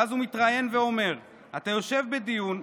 ואז הוא מתראיין ואומר: "אתה יושב בדיונים,